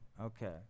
okay